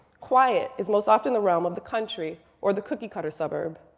quiet is most often the realm of the country or the cookie cutter suburb.